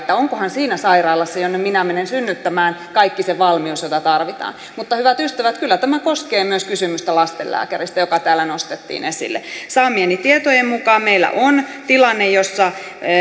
onkohan siinä sairaalassa jonne minä menen synnyttämään kaikki se valmius jota tarvitaan mutta hyvät ystävät kyllä tämä koskee myös kysymystä lastenlääkäristä joka täällä nostettiin esille saamieni tietojen mukaan meillä on tilanne jossa